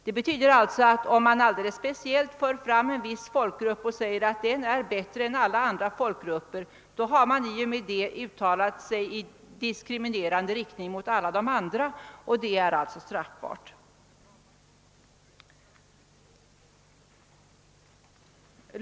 Detta betyder att man, om man säger att en viss folkgrupp är bättre än alla andra folkgrupper, därmed har uttalat sig diskriminerande om alla de andra, och det skulle alltså vara straffbart.